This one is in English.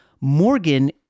Morgan